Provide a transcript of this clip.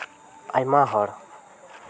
ᱟᱭᱢᱟ ᱦᱚᱲ